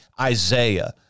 Isaiah